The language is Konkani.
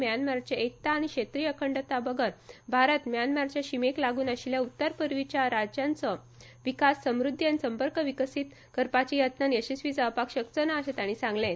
म्यानमाराच्या एकता आनी क्षेत्रीय अखंडताये बगर भारत म्यानमारच्या शिमेक लागून आशिल्ल्या उत्तरपूर्वीच्या राज्यांचो विकास समृद्धी आनी संपर्क विकसीत करपाच्या यत्नांत येसस्वी जावपाक शकचो ना अशें तांणी सांगलें